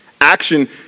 Action